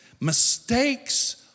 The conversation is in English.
mistakes